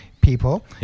people